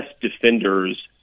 defenders